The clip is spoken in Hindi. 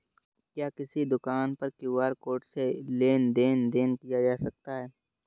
क्या किसी दुकान पर क्यू.आर कोड से लेन देन देन किया जा सकता है?